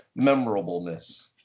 memorableness